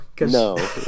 No